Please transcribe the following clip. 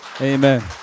Amen